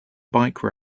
bike